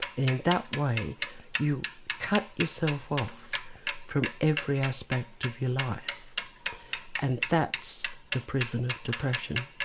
in that way you cut yourself off from every aspect of your life and that's the prison of depression.